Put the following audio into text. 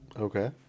Okay